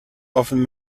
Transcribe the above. often